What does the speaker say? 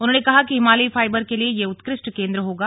उन्होंने कहा कि हिमालयी फाइबर के लिए यह उत्कृष्ट केंद्र होगा